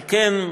על כן,